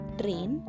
train